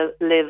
live